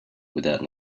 without